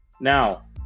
Now